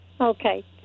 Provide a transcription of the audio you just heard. Okay